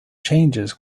changes